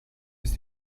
ist